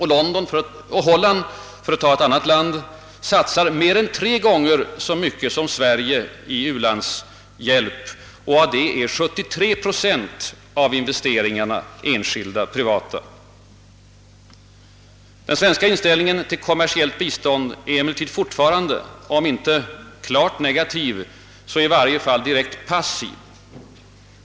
Holland — för att ta ett annat land — satsar mer än tre gånger så mycket som Sverige i u-landshjälp, och där är 73 procent av investeringarna privata. Den svenska inställningen till kommersiellt bistånd till u-länderna är emellertid fortfarande, om inte klart negativ så i varje fall direkt passiv.